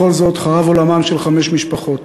בכל זאת חרב עולמן של חמש משפחות.